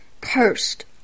Cursed